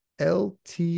Lt